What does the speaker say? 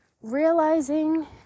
realizing